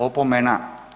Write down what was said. Opomena.